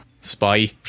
spy